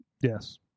Yes